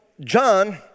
John